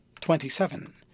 Twenty-seven